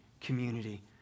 community